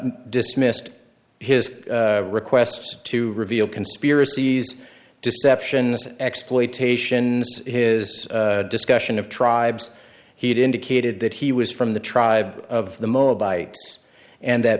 dismissed his requests to reveal conspiracies deception exploitation his discussion of tribes he had indicated that he was from the tribe of the moabites and that